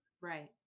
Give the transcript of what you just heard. Right